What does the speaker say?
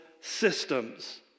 systems